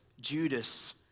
Judas